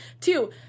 Two